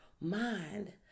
mind